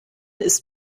ist